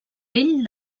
vell